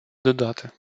додати